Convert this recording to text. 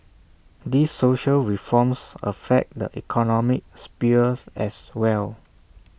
these social reforms affect the economic sphere as well